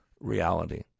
reality